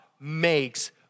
makes